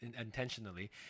intentionally